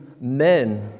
men